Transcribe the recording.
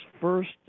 first